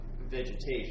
vegetation